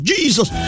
Jesus